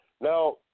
Now